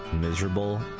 miserable